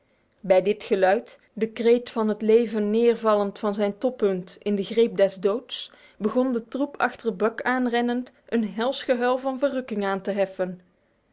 bij dit geluid de kreet van het leven neervallend van zijn toppunt in de greep des doods begon de troep achter buck aanrennend een hels gehuil van verrukking aan te heffen